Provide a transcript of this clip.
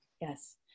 yes